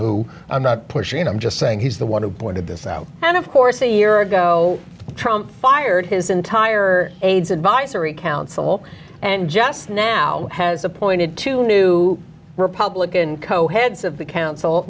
who i'm not pushing and i'm just saying he's the one who pointed this out and of course a year ago fired his entire aids advisory council and just now has appointed two new republican co heads of the council